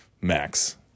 max